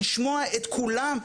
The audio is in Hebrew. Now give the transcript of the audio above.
לשמוע את כולם,